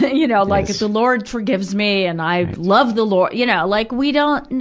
the you know like the so lord forgives me and i love the lord, you know. like, we don't,